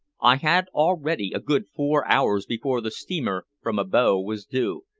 i had already a good four hours before the steamer from abo was due,